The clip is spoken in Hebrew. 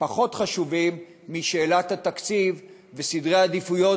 פחות חשובים משאלת התקציב וסדר עדיפויות